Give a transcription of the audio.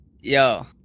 Yo